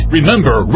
Remember